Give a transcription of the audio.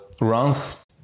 runs